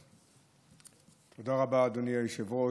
תודה רבה, אדוני היושב-ראש.